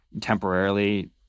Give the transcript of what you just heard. temporarily